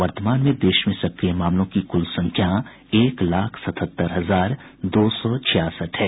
वर्तमान में देश में सक्रिय मामलों की कुल संख्या एक लाख सतहत्तर हजार दो सौ छियासठ है